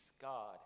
god